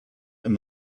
and